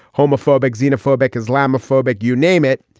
homophobic, xenophobic, islamophobic, you name it.